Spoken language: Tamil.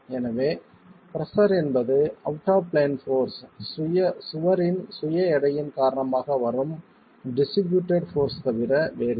எனவே பிரஷர் என்பது அவுட் ஆப் பிளான் போர்ஸ் சுவரின் சுய எடையின் காரணமாக வரும் டிஸ்ட்ரிபியூட்டேட் போர்ஸ் தவிர வேறில்லை